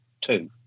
two